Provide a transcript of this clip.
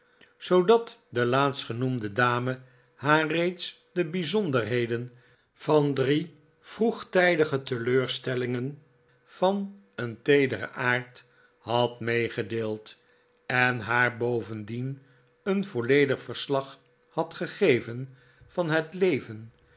zoodat de laatstgenoemde dame haar reeds de bijzonderheden van drie vroegtijdige teleurstellingen van een teederen aard had meegedeeld en haar bovendien een volledig verslag had gegeven van het leven